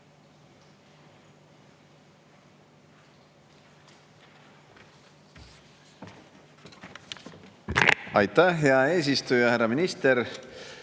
Aitäh, hea eesistuja! Härra minister!